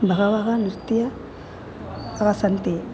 बहूनि नृत्यानि सन्ति